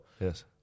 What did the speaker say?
Yes